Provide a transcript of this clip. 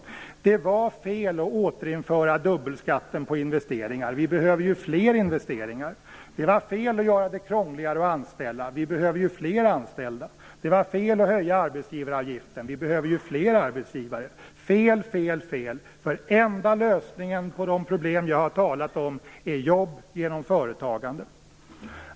Det var fel att återinföra dubbelskatten på investeringar; vi behöver ju fler investeringar. Det var fel att göra det krångligare att anställa; vi behöver ju fler anställda. Det var fel att höja arbetsgivaravgiften; vi behöver ju fler arbetsgivare. Fel, fel, fel - den enda lösningen på de problem som jag har talat om är nämligen att det blir jobb genom företagande.